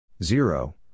zero